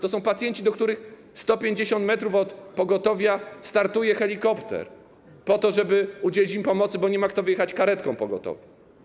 To są pacjenci, do których 150 m od pogotowia startuje helikopter po to, żeby udzielić im pomocy, bo nie ma kto wyjechać karetką pogotowia.